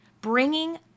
Bringing